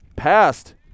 passed